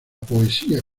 poesía